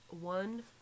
one